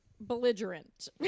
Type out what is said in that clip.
belligerent